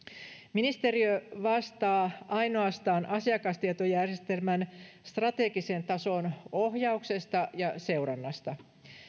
ministeriö vastaa ainoastaan asiakastietojärjestelmän strategisen tason ohjauksesta ja seurannasta